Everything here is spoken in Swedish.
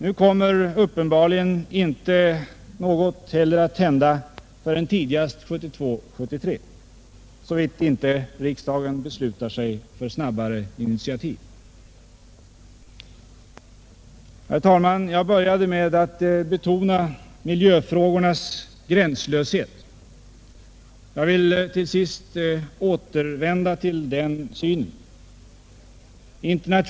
Nu kommer uppenbarligen inte heller något att hända förrän tidigast 1972/73, såvida inte riksdagen beslutar sig för snabbare initiativ. Herr talman! Jag började med att betona miljöfrågornas gränslöshet, och jag vill till sist återvända till den synen.